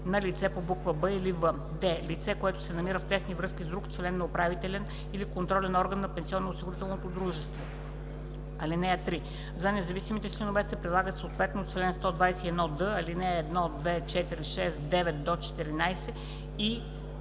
на лице по буква „б“ или „в“; д) лице, което се намира в тесни връзки с друг член на управителен или контролен орган на пенсионноосигурителното дружество. (3) За независимите членове се прилагат съответно чл. 121д, ал. 1, 2, 4, 6, 9 – 14 и